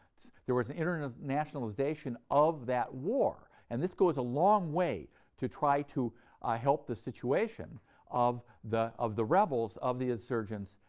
there was an internationalization of that war, and this goes a long way to try to help the situation of the of the rebels, of the insurgents,